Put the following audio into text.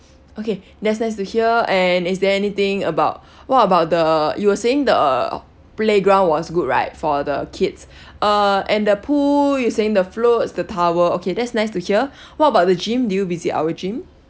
okay that's nice to hear and is there anything about what about the you were saying the playground was good right for the kids uh and the pool you saying the floats the towel okay that's nice to hear what about the gym did you visit our gym